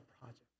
project